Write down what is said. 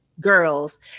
girls